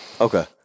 Okay